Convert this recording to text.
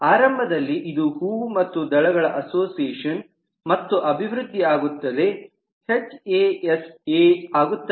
ಆರಂಭದಲ್ಲಿ ಇದು ಹೂವು ಮತ್ತು ದಳಗಳ ಅಸೋಸಿಯೇಷನ್ ಮತ್ತು ಅಭಿವೃದ್ಧಿಯಾಗುತ್ತಲೆ ಹೆಚ್ಎಎಸ್ ಎ HAS A ಆಗುತ್ತದೆ